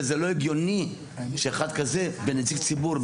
וזה לא הגיוני שאחד כזה בנציג ציבור,